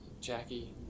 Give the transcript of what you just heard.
Jackie